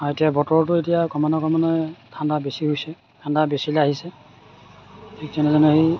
আৰু এতিয়া বতৰটো এতিয়া ক্ৰমান্বয়ে ক্ৰমান্বয়ে ঠাণ্ডা বেছি হৈছে ঠাণ্ডা বেচিলে আহিছে ঠিক তেনেধৰণে সেই